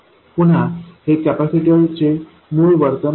पुन्हा हे कपॅसिटर चे मूळ वर्तन आहे